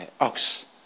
ox